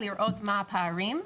לראות מה הפערים,